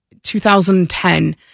2010